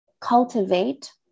cultivate